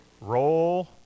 roll